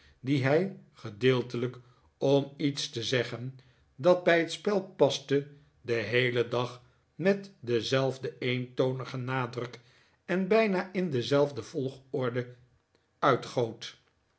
die hij gedeeltelijk om iets te zeggen dat bij het spel paste den heelen dag met denzelfden eentonigen nadruk en bijna in dezelfde volgorde